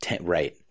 Right